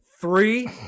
Three